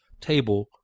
table